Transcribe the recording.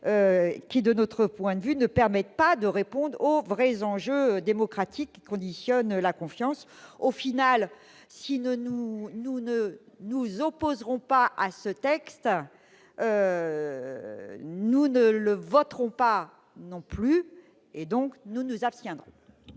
qui, de notre point de vue, empêchent de répondre aux vrais enjeux démocratiques qui conditionnent la confiance. En fin de compte, nous ne nous opposerons pas à ce texte, mais nous ne le voterons pas non plus : nous nous abstiendrons.